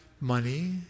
money